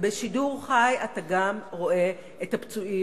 ובשידור חי אתה גם רואה את הפצועים